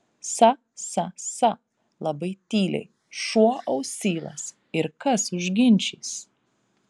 sa sa sa labai tyliai šuo ausylas ir kas užginčys